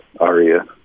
Aria